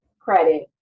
Credit